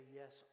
yes